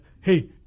hey